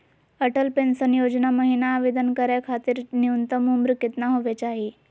Atal pension योजना महिना आवेदन करै खातिर न्युनतम उम्र केतना होवे चाही?